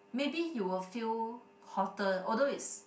maybe you will feel hotter although it's